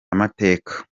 amateka